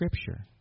Scripture